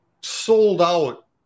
sold-out